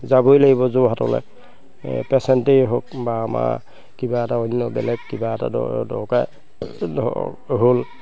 যাবই লাগিব যোৰহাটলৈ পেচেণ্টেই হওক বা আমাৰ কিবা এটা অন্য বেলেগ কিবা এটা দৰ দৰকাৰ হ'ল